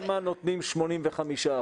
למה נותנים 85%?